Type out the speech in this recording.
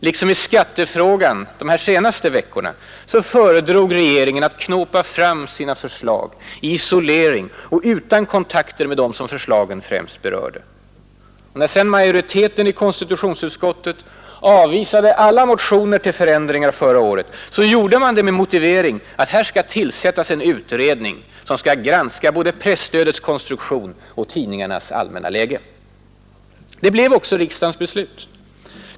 Liksom i skattefrågan de här senaste veckorna föredrog regeringen att knåpa fram sina förslag i isolering och utan kontakter med dem som förslagen främst berörde. Och när sedan majoriteten i konstitutionsutskottet avvisade alla motioner om förändringar förra året gjorde man det med motiveringen, att här skall tillsättas en utredning som skall granska både presstödets konstruktion och tidningarnas allmänna läge. Det blev också riksdagens beslut.